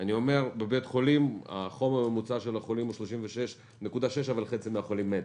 בבית חולים החום הממוצע של החולים הוא 36.6 אבל חצי מהחולים מתו.